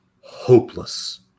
hopeless